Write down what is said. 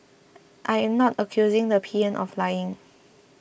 I am not accusing the P M of lying